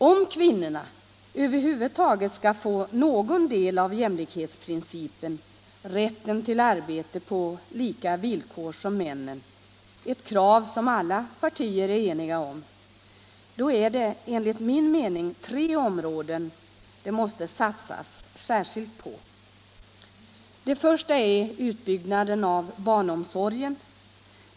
Om kvinnorna över huvud taget skall omfattas av jämlikhetsprincipen genom rätt till arbete på lika villkor som männen, ett krav som alla är eniga om, är det enligt min mening tre områden det måste satsas särskilt på. Det första området är utbyggnaden av barnomsorgen.